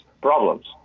problems